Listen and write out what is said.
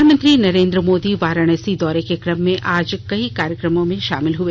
प्रधानमंत्री नरेंद्र मोदी वाराणसी दौरे के कम में आज कई कार्यक्रमों में शामिल हुए